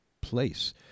place